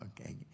okay